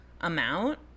amount